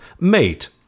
Mate